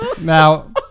Now